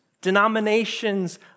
denominations